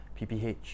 PPH